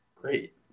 great